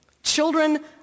Children